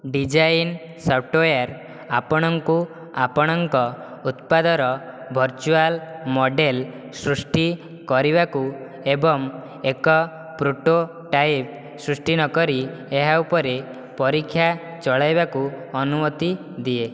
design software ଆପଣଙ୍କୁ ଆପଣଙ୍କ ଉତ୍ପାଦର ଭର୍ଚୁଆଲ୍ ମଡ଼େଲ୍ ସୃଷ୍ଟି କରିବାକୁ ଏବଂ ଏକ ପ୍ରୋଟୋଟାଇପ୍ ସୃଷ୍ଟି ନକରି ଏହା ଉପରେ ପରୀକ୍ଷା ଚଳାଇବାକୁ ଅନୁମତି ଦିଏ